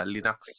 Linux